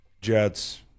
Jets